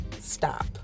Stop